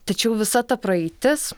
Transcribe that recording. tačiau visa ta praeitis